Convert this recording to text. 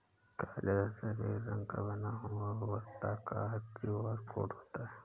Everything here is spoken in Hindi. काले तथा सफेद रंग का बना हुआ वर्ताकार क्यू.आर कोड होता है